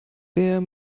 wer